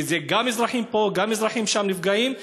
כי גם אזרחים פה וגם אזרחים שם נפגעים,